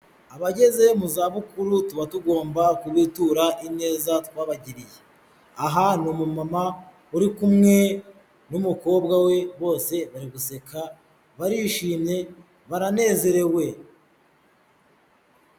Abageze mu zabukuru tuba tugomba kubitura ineza twabagiriye, aha ni umumama uri kumwe n'umukobwa we, bose bari guseka, barishimye, baranezerewe.